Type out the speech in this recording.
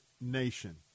nation